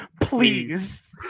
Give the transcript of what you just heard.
Please